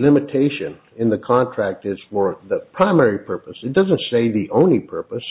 limitation in the contract is for that primary purpose it doesn't say the only purpose